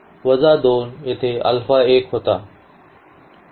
तर वजा 2 येथे अल्फा 1 होता